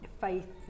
faith